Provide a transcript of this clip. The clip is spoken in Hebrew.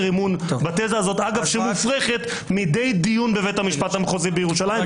אמון בתזה הזו שמופרכת מדי דיון בבית המשפט המחוזי בירושלים.